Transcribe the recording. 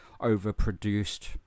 overproduced